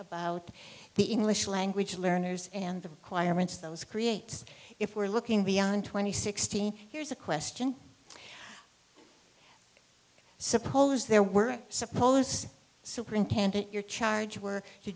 about the english language learners and the choir it's those creates if we're looking beyond twenty sixteen here's a question suppose there were i suppose superintendent your charge were to